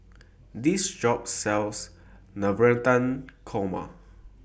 This Shop sells Navratan Korma